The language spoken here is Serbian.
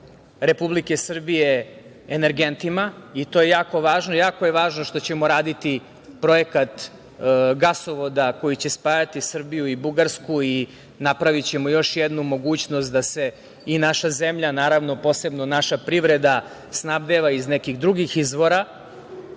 Republike Srbije energentima, i to je jako važno, jako je važno što ćemo raditi projekat gasovoda koji će spajati Srbiju i Bugarsku i napravićemo još jednu mogućnost da se i naša zemlja, a naravno posebno naša privreda snabdeva iz nekih drugih izvora